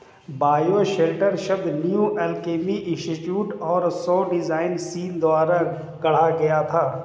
bioshelter शब्द new alchemy institute और सौर डिजाइनर सीन द्वारा गढ़ा गया था